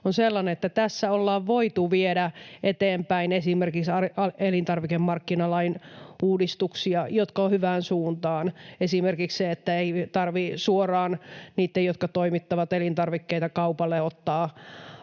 on sellainen, että tässä ollaan voitu viedä eteenpäin esimerkiksi elintarvikemarkkinalain uudistuksia, jotka ovat hyvään suuntaan — esimerkiksi se, että ei tarvitse suoraan niitten, jotka toimittavat elintarvikkeita kaupalle, ottaa